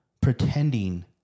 pretending